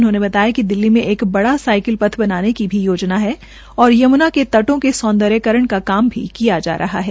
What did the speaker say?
उन्होंने बताया कि दिल्ली मे एक बड़ा साईकल पथ बनाने की भी योजना है और यम्नाके तटों पर सौंदर्यकरण का काम भी किया जा रहा है